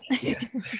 Yes